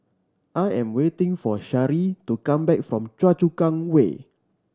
I am waiting for Sharee to come back from Choa Chu Kang Way